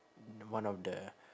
one of the